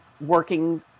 working